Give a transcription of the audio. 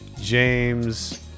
James